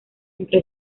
entre